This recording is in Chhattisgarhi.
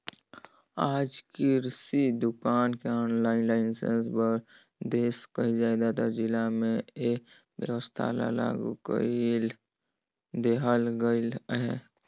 आएज किरसि दुकान के आनलाईन लाइसेंस बर देस कर जादातर जिला में ए बेवस्था ल लागू कइर देहल गइस अहे